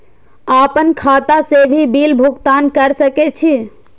आपन खाता से भी बिल भुगतान कर सके छी?